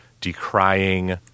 decrying